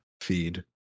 feed